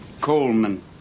Coleman